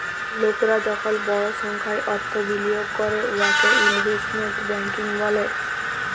লকরা যখল বড় সংখ্যায় অথ্থ বিলিয়গ ক্যরে উয়াকে ইলভেস্টমেল্ট ব্যাংকিং ব্যলে